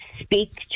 speak